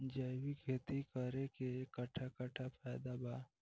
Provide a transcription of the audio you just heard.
जैविक खेती करे से कट्ठा कट्ठा फायदा बा?